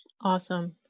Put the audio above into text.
Awesome